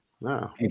No